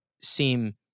seem